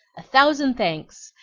a thousand thanks!